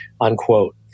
unquote